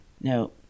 No